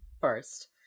first